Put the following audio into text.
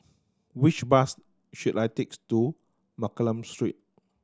which bus should I takes to Mccallum Street